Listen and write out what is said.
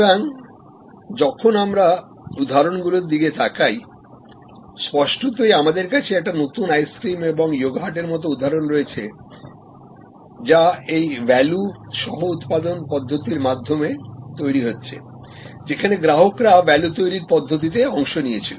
সুতরাং যখন আমরা উদাহরণগুলির দিকে তাকাই স্পষ্টতই আমাদের কাছে নতুন আইসক্রিম এবং yogurtমতো উদাহরণ রয়েছে যা এই value সহ উত্পাদন পদ্ধতির মাধ্যমে তৈরি হচ্ছে যেখানেগ্রাহকরা value তৈরির পদ্ধতিতে অংশ নিয়েছিল